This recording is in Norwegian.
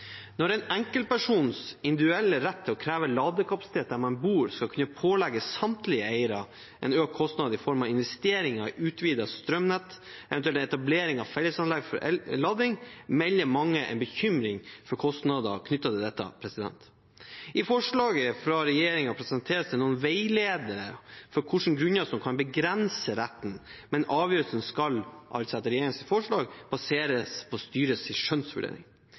Når en enkeltpersons individuelle rett til å kreve ladekapasitet der man bor, skal kunne pålegge samtlige eiere en økt kostnad i form av investeringer i utvidet strømnett, eventuelt etablering av fellesanlegg for lading, melder mange en bekymring for kostnader knyttet til dette. I forslaget fra regjeringen presenteres det noen veiledere for hvilke grunner som kan begrense retten, men avgjørelsen skal, altså etter regjeringens forslag, baseres på styrets skjønnsvurdering.